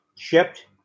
shipped